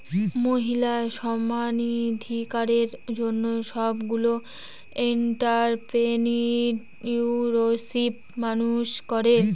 মহিলা সমানাধিকারের জন্য সবগুলো এন্ট্ররপ্রেনিউরশিপ মানুষ করে